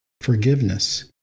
forgiveness